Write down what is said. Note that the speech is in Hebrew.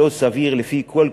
לא סביר לפי כל קנה-מידה.